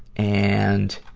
and,